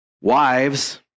Wives